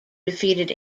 defeated